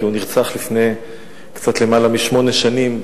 כי הוא נרצח לפני קצת למעלה משמונה שנים,